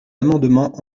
amendements